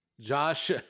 josh